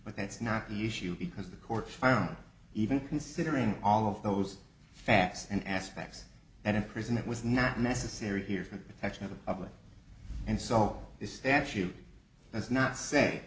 but that's not the issue because the court found even considering all of those facts and aspects and in prison it was not necessary here for protection of the public and so all this statute does not say